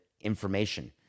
information